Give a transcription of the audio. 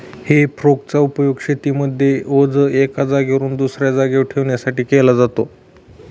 हे फोर्क चा उपयोग शेतीमध्ये ओझ एका जागेवरून दुसऱ्या जागेवर ठेवण्यासाठी केला जातो